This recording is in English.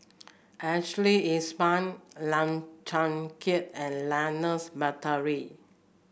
Ashley Isham Lim Chong Keat and Ernest Monteiro